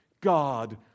God